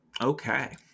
Okay